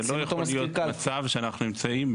זה לא יכול להיות מצב שאנחנו נמצאים,